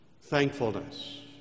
thankfulness